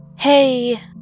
Hey